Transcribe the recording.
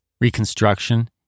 Reconstruction